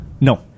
No